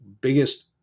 biggest